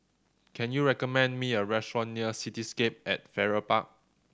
can you recommend me a restaurant near Cityscape at Farrer Park